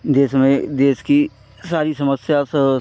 देश में देश की सारी समस्या सब